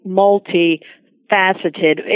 multifaceted